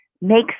makes